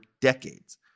decades